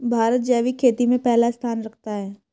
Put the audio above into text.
भारत जैविक खेती में पहला स्थान रखता है